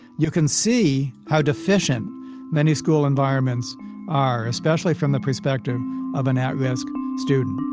you can see how deficient many school environments are especially from the perspective of an at-risk student